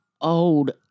old